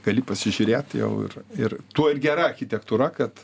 gali pasižiūrėt jau ir ir tuo ir gera architektūra kad